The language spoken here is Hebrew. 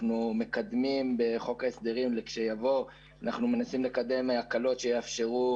בחוק ההסדרים לכשיבוא אנחנו מנסים לקדם הקלות שיאפשרו